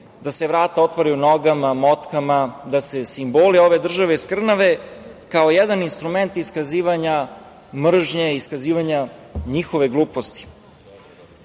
da se vrata otvaraju nogama, motkama, da se simboli ove države skrnave kao jedan instrument iskazivanja mržnje, iskazivanja njihove gluposti. Neće